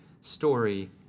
story